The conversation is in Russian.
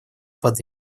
под